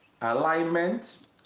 Alignment